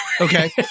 Okay